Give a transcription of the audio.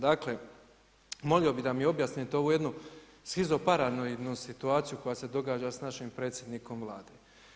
Dakle, molio bih da mi objasnite ovu jednu shizoparanoidnu situaciju koja se događa s našim predsjednikom Vlade.